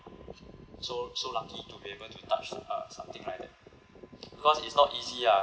so so lucky to be able to touch uh or something like that cause it's not easy ah